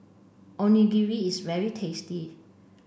Onigiri is very tasty